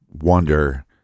wonder